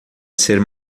ser